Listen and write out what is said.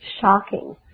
shocking